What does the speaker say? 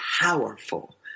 powerful